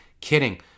kidding